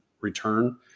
return